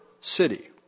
city